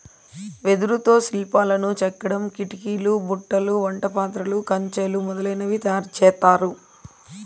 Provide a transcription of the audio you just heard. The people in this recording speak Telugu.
వెదురుతో శిల్పాలను చెక్కడం, కిటికీలు, బుట్టలు, వంట పాత్రలు, కంచెలు మొదలనవి తయారు చేత్తారు